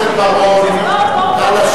חבר הכנסת בר-און, נא לשבת.